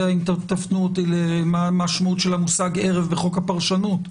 אלא אם תפנו אותי למשמעות המושג ערב בחוק הפרשנות.